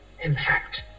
impact